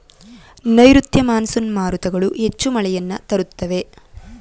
ನೈರುತ್ಯ ಮಾನ್ಸೂನ್ ಮಾರುತಗಳು ಹೆಚ್ಚು ಮಳೆಯನ್ನು ತರುತ್ತವೆ